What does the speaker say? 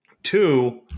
Two